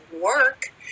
work